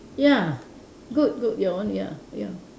ya good good your one ya ya